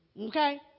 Okay